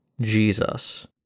Jesus